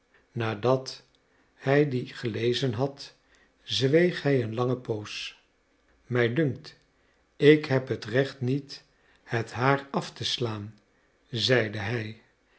nadat hij dien gelezen had zweeg hij een lange poos mij dunkt ik heb het recht niet het haar af te slaan zeide hij